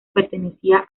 pertenecía